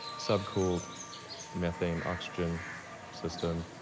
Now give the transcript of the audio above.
so-called methane-oxygen system